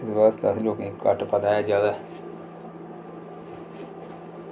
ओह्दे आस्तै असें घट्ट पता ऐ जादै